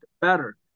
better